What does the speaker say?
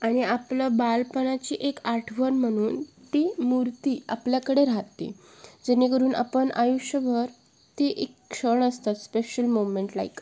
आणि आपलं बालपणाची एक आठवण म्हणून ती मूर्ती आपल्याकडे राहाते जेणेकरून आपण आयुष्यभर ती एक क्षण असतात स्पेशल मोमेंट लाईक